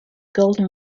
golden